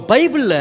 Bible